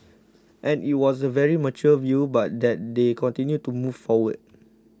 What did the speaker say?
and it was a very mature view but that they continue to move forward